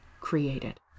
created